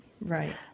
Right